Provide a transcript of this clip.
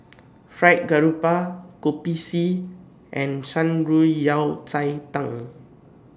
Fried Garoupa Kopi C and Shan Rui Yao Cai Tang